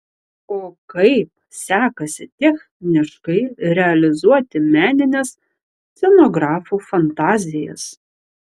o kaip sekasi techniškai realizuoti menines scenografų fantazijas